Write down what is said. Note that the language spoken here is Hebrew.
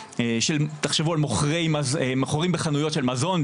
תחשבו על מוכרים בחנויות של מזון,